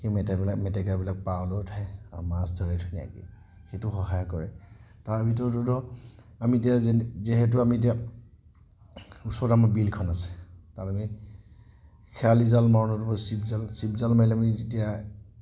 সেই মেটেকাবিলাক মেটেকাবিলাক পাৰলৈ উঠাই আৰু মাছ ধৰে ধুনীয়াকৈ সেইটো সহায় কৰে তাৰ ভিতৰতো ধৰক আমি এতিয়া যিহেতু আমি এতিয়া ওচৰত আমাৰ বিলখন আছে তাত আমি শেৱালি জাল মাৰোঁ নতুবা চিপজাল চিপজাল মাৰিলে আমি যেতিয়া